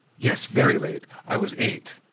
yes, very late, i was eight.